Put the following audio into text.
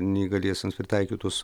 neįgaliesiems pritaikytus